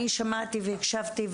אני שמעתי והקשבתי,